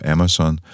Amazon